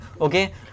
okay